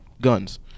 guns